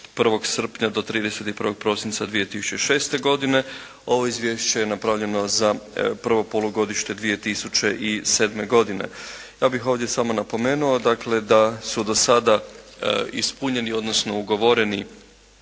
od 1. srpnja do 31. prosinca 2006. godine. Ovo je izvješće napravljeno za prvo polugodište 2007. godine. Ja bih ovdje samo napomenuo dakle da su do sada ispunjeni, odnosno ugovoreni